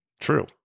true